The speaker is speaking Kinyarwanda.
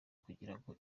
kugirango